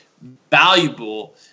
valuable